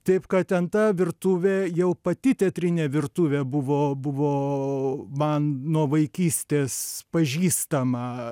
taip kad ten ta virtuvė jau pati teatrinė virtuvė buvo buvo man nuo vaikystės pažįstama